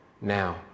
now